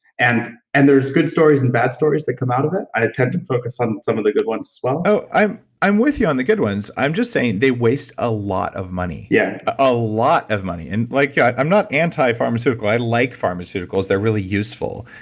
and and there's good stories and bad stories that come out of it. i tend to focus on some of the good ones as well. oh, i'm i'm with you on the good ones. i'm just saying, they waste a lot of money, yeah a lot of money. and like yeah i'm not anti-pharmaceutical. i like pharmaceuticals they're really useful.